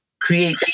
create